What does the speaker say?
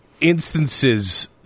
instances